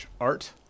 art